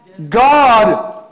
God